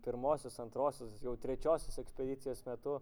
pirmosios antrosios jau trečiosios ekspedicijos metu